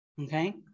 Okay